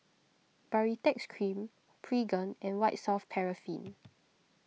Baritex Cream Pregain and White Soft Paraffin